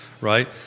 right